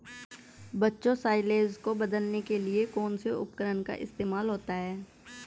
बच्चों साइलेज को बदलने के लिए कौन से उपकरण का इस्तेमाल होता है?